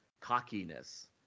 cockiness